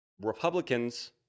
Republicans